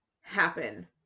happen